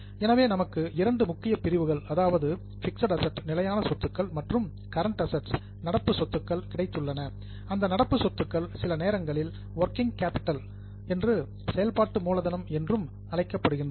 எனவே நமக்கு இரண்டு முக்கிய பிரிவுகள் அதாவது பிக்ஸட் அசெட்ஸ் நிலையான சொத்துக்கள் மற்றும் கரண்ட அசெட்ஸ் நடப்பு சொத்துக்கள் கிடைத்துள்ளன அந்த நடப்பு சொத்துக்கள் சில நேரங்களில் வொர்கிங் கேப்பிட்டல் செயல்பாட்டு மூலதனம் என்றும் அழைக்கப்படுகின்றன